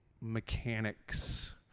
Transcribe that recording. mechanics